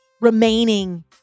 remaining